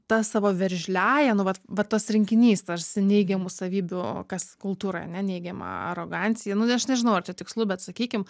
ta savo veržliąja nu vat va tas rinkinys tarsi neigiamų savybių kas kultūroj ane neigiama arogancija nu aš nežinau ar čia tikslu bet sakykim